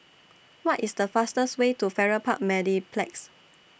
What IS The fastest Way to Farrer Park Mediplex